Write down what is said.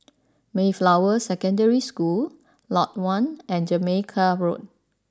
Mayflower Secondary School Lot One and Jamaica Road